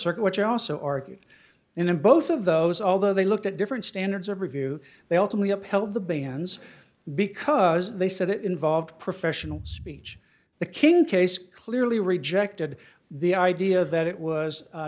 circuit which also argued in and both of those although they looked at different standards of review they also only upheld the bans because they said it involved professional speech the king case clearly rejected the idea that it was